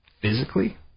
physically